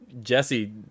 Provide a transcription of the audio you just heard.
Jesse